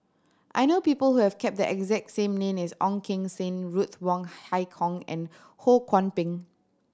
I know people who have cap the exact same name as Ong Keng Sen Ruth Wong Hie King and Ho Kwon Ping